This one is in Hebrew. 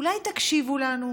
אולי תקשיבו לנו?